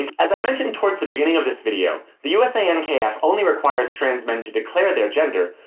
and as i mentioned towards the beginning of this video, the usankf only requires trans men to declare their gender,